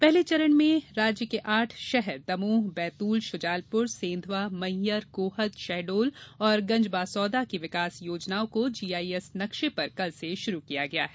पहले चरण में राज्य के आठ शहर दमोह बैतूल शुजालपुर सेंघवा मैहर गोहद शहडोल और गंजबासौदा की विकास योजनाओं को जीआईएस नक्शे पर कल से शुरू किया गया है